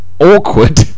awkward